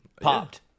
popped